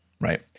right